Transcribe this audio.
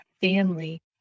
family